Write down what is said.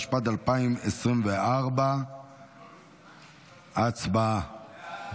התשפ"ד 2024. הצבעה.